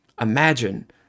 Imagine